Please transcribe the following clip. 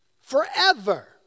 forever